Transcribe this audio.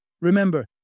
Remember